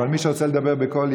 אבל מי שרוצה לדבר בקול,